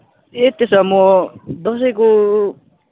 ए त्यसो भए म दसैँको